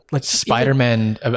Spider-Man